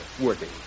working